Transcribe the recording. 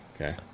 Okay